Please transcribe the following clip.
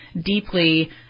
deeply